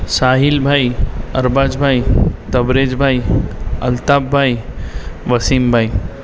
સાહિલભાઈ આરબાઝભાઈ તબરેજભાઈ આલતાફભાઈ વસીમભાઈ